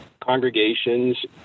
congregations